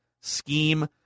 scheme